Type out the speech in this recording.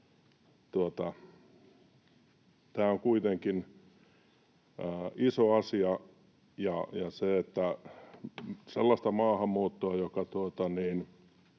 Tämä on kuitenkin iso asia, ja sellaista maahanmuuttoa, joka